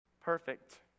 Perfect